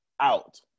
out